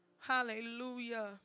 hallelujah